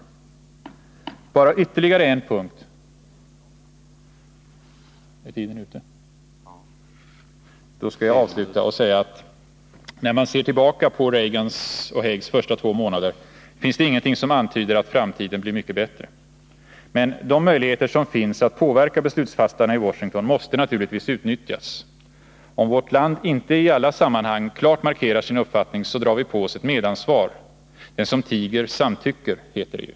Jag hade tänkt ta upp ytterligare en punkt, men eftersom min taletid är ute skall jag avsluta med att säga, att när man ser tillbaka på Reagan-Haigs två första månader finns det ingenting som antyder att framtiden blir mycket bättre. Men de möjligheter som finns att påverka beslutsfattarna i Washington måste naturligtvis utnyttjas. Om vårt land inte i alla sammanhang klart markerar sin uppfattning så drar vi på oss ett medansvar. Den som tiger samtycker, heter det ju.